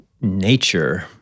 nature